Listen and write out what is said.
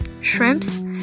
shrimps